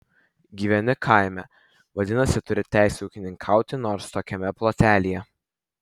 gyveni kaime vadinasi turi teisę ūkininkauti nors tokiame plotelyje